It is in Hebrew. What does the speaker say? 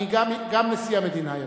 גם נשיא המדינה יבוא.